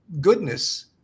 goodness